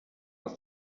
aus